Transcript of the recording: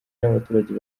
n’abaturage